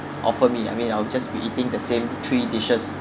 offer me I mean I'll just be eating the same three dishes